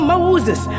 Moses. ¶